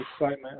excitement